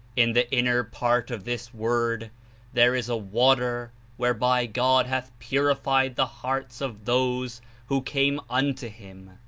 in the inner part of this word there is a water whereby god hath purified the hearts of those who came unto him,